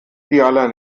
idealer